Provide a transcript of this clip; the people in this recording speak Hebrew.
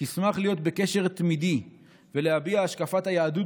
תשמח להיות בקשר תמידי ולהביע השקפת היהדות